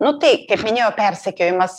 nu tai kaip minėjau persekiojimas